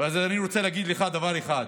אבל אני רוצה להגיד לך דבר אחד: